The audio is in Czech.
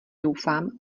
doufám